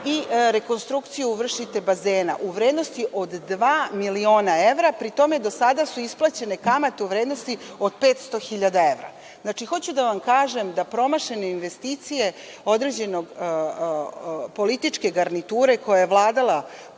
rekonstrukciju bazena u vrednosti od dva miliona evra, pri tome do sada su isplaćene kamate u vrednosti od 500.000 evra. Hoću da kažem da promašene investicije određene političke garniture koja je vladala